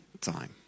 time